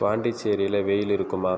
பாண்டிச்சேரியில் வெயில் இருக்குமா